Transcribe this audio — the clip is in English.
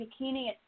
bikini